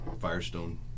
Firestone